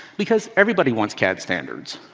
because everybody wants cad standards.